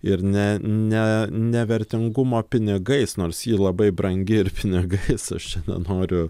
ir ne ne ne vertingumo pinigais nors ji labai brangi ir pinigais aš čia nenoriu